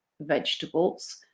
vegetables